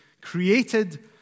created